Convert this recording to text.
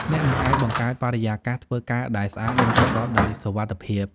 អ្នកនឹងអាចបង្កើតបរិយាកាសធ្វើការដែលស្អាត និងប្រកបដោយសុវត្ថិភាព។